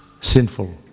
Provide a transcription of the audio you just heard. sinful